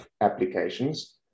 applications